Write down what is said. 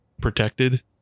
protected